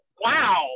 wow